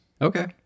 Okay